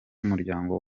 umuryango